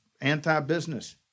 anti-business